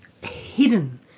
hidden